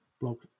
blog